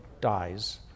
dies